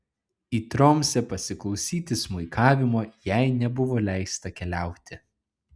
į tromsę pasiklausyti smuikavimo jai nebuvo leista keliauti